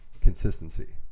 consistency